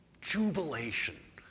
jubilation